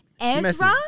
Ezra